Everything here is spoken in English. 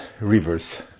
rivers